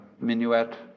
minuet